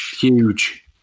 huge